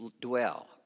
dwell